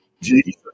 Jesus